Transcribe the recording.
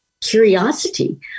curiosity